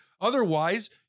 Otherwise